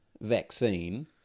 vaccine